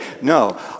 no